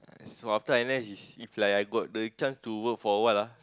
so after N_S it's if like I got the chance to work for what lah